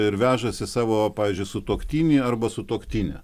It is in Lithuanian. ir vežasi savo pavyzdžiui sutuoktinį arba sutuoktinę